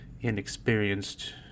inexperienced